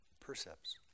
percepts